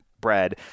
bread